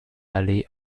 allee